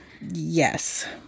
Yes